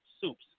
soups